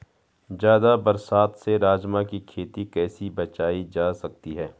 ज़्यादा बरसात से राजमा की खेती कैसी बचायी जा सकती है?